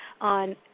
on